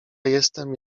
jestem